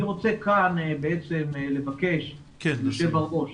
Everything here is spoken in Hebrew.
אני רוצה כאן בעצם לבקש, יושב הראש